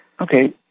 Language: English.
Okay